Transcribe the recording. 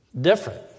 different